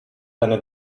eine